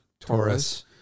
Taurus